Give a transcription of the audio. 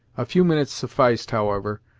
a few minutes sufficed, however,